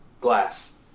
glass